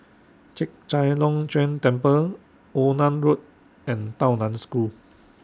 Chek Chai Long Chuen Temple Onan Road and Tao NAN School